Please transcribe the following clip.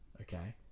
Okay